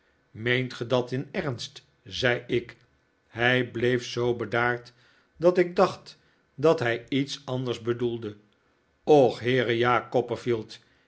meent ge dat in ernst zei ik hij bleef zoo bedaard dat ik dacht dat hij iets anders bedoelde och heereja